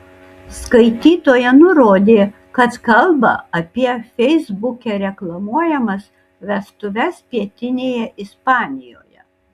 skaitytoja nurodė kad kalba apie feisbuke reklamuojamas vestuves pietinėje ispanijoje